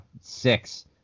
six